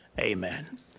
Amen